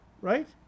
right